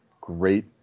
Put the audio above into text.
great